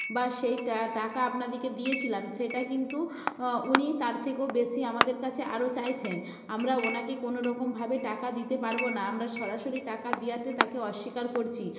বা সেই টাকা আপনাদিকে দিয়েছিলাম সেটা কিন্তু উনি তার থেকেও বেশি আমাদের কাছে আরও চাইছেন আমরা ওঁকে কোনো রকমভাবে টাকা দিতে পারবো না আমরা সরাসরি টাকা দেওয়াতে তাকে অস্বীকার করছি